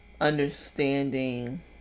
understanding